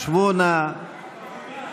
שבו נא.